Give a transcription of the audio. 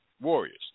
Warriors